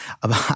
Aber